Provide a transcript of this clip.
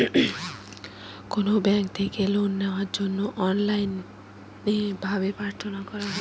কোনো ব্যাঙ্ক থেকে লোন নেওয়ার জন্য অনলাইনে ভাবে প্রার্থনা করা হয়